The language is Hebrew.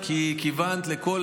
לא לזה כיוונת, כי כיוונת לכל